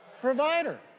provider